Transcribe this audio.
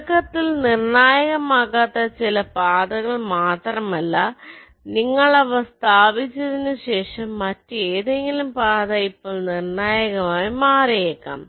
തുടക്കത്തിൽ നിർണായകമാകാത്ത ചില പാതകൾ മാത്രമല്ല നിങ്ങൾ അവ സ്ഥാപിച്ചതിനുശേഷം മറ്റേതെങ്കിലും പാത ഇപ്പോൾ നിർണായകമായി മാറിയിരിക്കാം